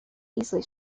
easley